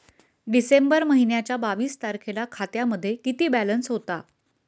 डिसेंबर महिन्याच्या बावीस तारखेला खात्यामध्ये किती बॅलन्स होता?